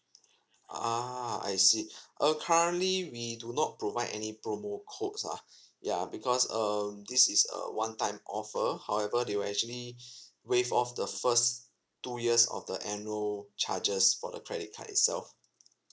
ah I see uh currently we do not provide any promo codes ah ya because um this is a one time offer however they will actually waive off the first two years of the annual charges for the credit card itself